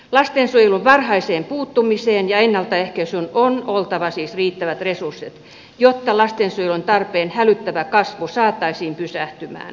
lastensuojelussa varhaiseen puuttumiseen ja ennaltaehkäisyyn on oltava siis riittävät resurssit jotta lastensuojelun tarpeen hälyttävä kasvu saataisiin pysähtymään